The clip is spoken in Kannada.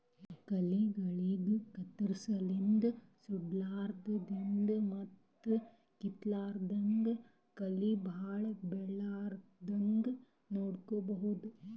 ಕಳಿಗಳಿಗ್ ಕತ್ತರ್ಸದಿನ್ದ್ ಸುಡಾದ್ರಿನ್ದ್ ಮತ್ತ್ ಕಿತ್ತಾದ್ರಿನ್ದ್ ಕಳಿ ಭಾಳ್ ಬೆಳಿಲಾರದಂಗ್ ನೋಡ್ಕೊಬಹುದ್